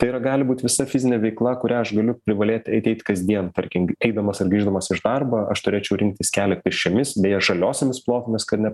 tai yra gali būt visa fizinė veikla kurią aš galiu privalėti eiti kasdien tarkim eidamas ar grįždamas iš darbo aš turėčiau rinktis kelią pėsčiomis beje žaliosiomis plotomis kad ne pa